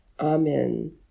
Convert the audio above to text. Amen